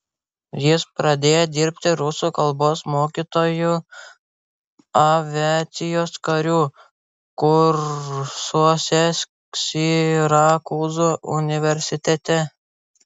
jis pradėjo dirbti rusų kalbos mokytoju aviacijos karių kursuose sirakūzų universitete